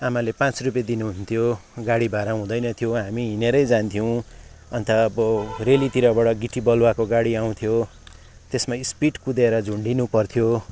आमाले पाँच रुपियाँ दिनुहुन्थ्यो गाडी भाडा हुँदैन थियो हामी हिँडेरै जान्थ्यौँ अन्त अब रेलीतिर गिट्टी बलुवाको गाडी आउँथ्यो त्यसमा स्पिड कुदेर झुन्डिनु पर्थ्यो